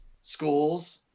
schools